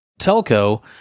telco